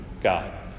God